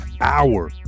hour